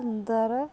ସୁନ୍ଦର